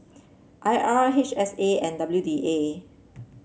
I R H S A and W D A